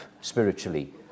spiritually